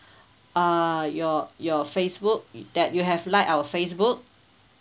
uh your your facebook that you have like our Facebook